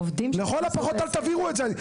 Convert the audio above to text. לכל הפחות תבהירו את זה.